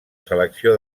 selecció